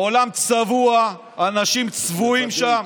עולם צבוע, אנשים צבועים שם.